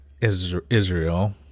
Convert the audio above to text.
Israel